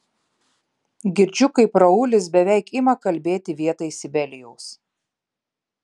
girdžiu kaip raulis beveik ima kalbėti vietoj sibelijaus